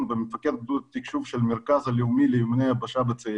ומפקד גדוד התקשוב של המרכז הלאומי לאימוני יבשה בצאלים.